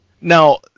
Now